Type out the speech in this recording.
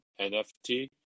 NFT